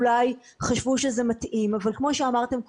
אולי חשבו שזה מתאים אבל כמו שאמרתם קודם,